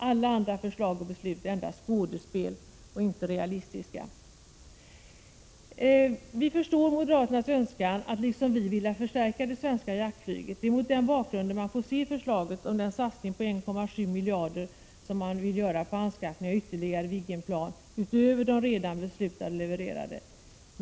Alla andra förslag och beslut är endast skådespel och är inte realistiska. Vi förstår moderaternas önskan att liksom vi vilja förstärka det svenska jaktflyget. Det är mot den bakgrunden man får se förslaget om satsning på 1,7 miljarder för anskaffning av ytterligare Viggenplan, utöver de redan beslutade och levererade.